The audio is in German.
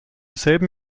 selben